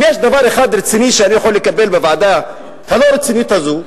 אם יש דבר אחד רציני שאני יכול לקבל בוועדה הלא-רצינית הזו,